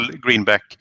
Greenback